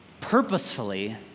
purposefully